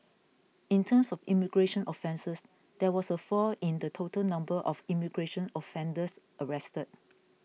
in terms of immigration offences there was a fall in the total number of immigration offenders arrested